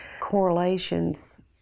correlations